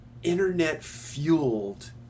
internet-fueled